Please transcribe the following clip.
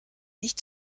nicht